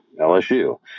lsu